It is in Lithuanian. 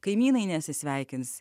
kaimynai nesisveikins